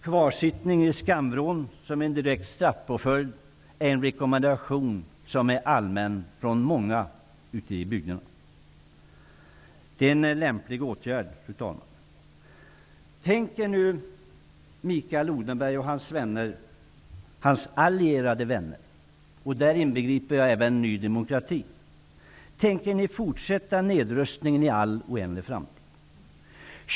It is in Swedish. Kvarsittning i skamvrån som en direkt straffpåföljd är en allmän rekommendation utifrån bygderna. Det är en lämplig åtgärd, fru talman. Tänker Mikael Odenberg och hans allierade vänner -- där inbegriper jag även Ny demokrati -- fortsätta nedrustningen i all oändlig framtid?